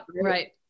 right